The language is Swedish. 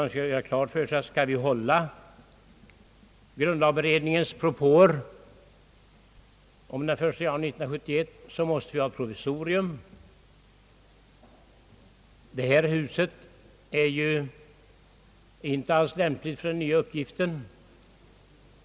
Man skall ha klart för sig att skall vi efterleva grundlagberedningens propå om den 1 januari 1971, så måste vi ha ett provisorium. Det här huset är inte alls lämpligt för den nya uppgiften.